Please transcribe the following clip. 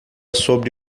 sobre